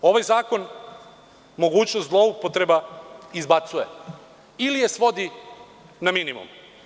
Ovaj zakon mogućnost zloupotreba izbacuje ili je svodi na minimum.